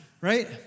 right